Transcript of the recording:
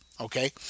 Okay